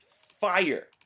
fire